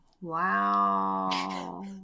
Wow